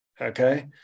Okay